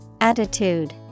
Attitude